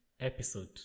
episode